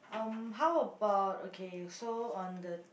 um how about okay so on the